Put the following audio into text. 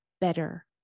better